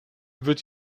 wird